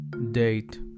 date